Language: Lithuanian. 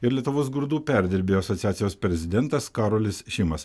ir lietuvos grūdų perdirbėjų asociacijos prezidentas karolis šimas